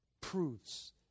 proofs